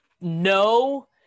no